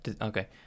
Okay